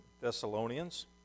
Thessalonians